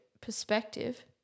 perspective